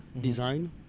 design